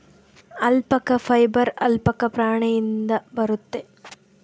alpaca fibre alpaca ಪ್ರಾಣಿಯಿಂದ ಬರುತ್ತೆ